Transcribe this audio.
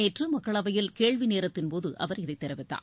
நேற்று மக்களவையில் கேள்வி நேரத்தின்போது அவர் இதைத் தெரிவித்தார்